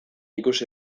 ikusi